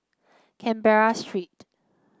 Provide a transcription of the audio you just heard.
Canberra Street